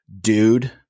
dude